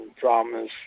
promise